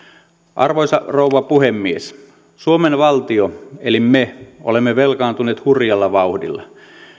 arvoisa rouva puhemies suomen valtio eli me olemme velkaantuneet hurjalla vauhdilla